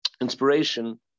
inspiration